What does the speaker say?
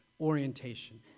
orientation